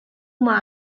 uma